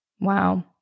Wow